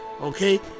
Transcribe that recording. okay